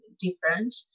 different